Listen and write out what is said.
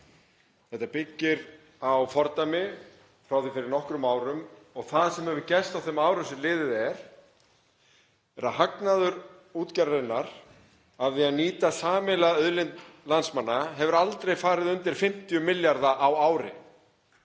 Þetta byggir á fordæmi frá því fyrir nokkrum árum og það sem hefur gerst á þeim árum sem liðin eru er að hagnaður útgerðarinnar af því að nýta sameiginlega auðlind landsmanna hefur aldrei farið undir 50 milljarða á ári.